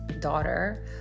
daughter